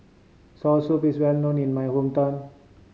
soursop is well known in my hometown